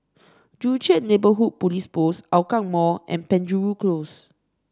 Joo Chiat Neighbourhood Police Post Hougang Mall and Penjuru Close